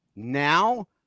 Now